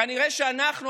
כנראה שאנחנו,